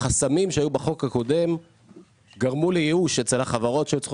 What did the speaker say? החסמים שהיו בחוק הקודם גרמו לייאוש אצל החברות שהיו צריכות